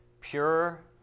Pure